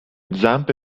zampe